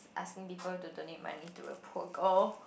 asking people to donate money to a poor girl